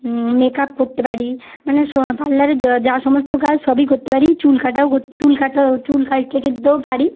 makeup করতে পারি মানে পার্লারের যা সমস্ত কাজ সবই করতে পারি চুল কাটাও চুল কাটাও চুল কেটে দিতেও পারি